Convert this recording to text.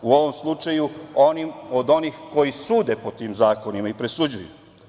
U ovom slučaju, od onih koji sude po tim zakonima i presuđuju.